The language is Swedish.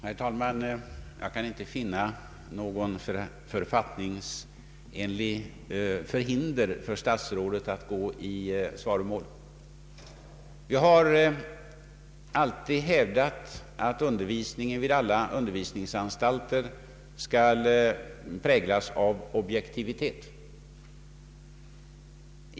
Herr talman! Jag kan inte finna något författningsenligt hinder för statsrådet att gå i svaromål. Vi har alltid hävdat att undervisningen vid alla undervisningsanstalter skall präglas av objektivitet.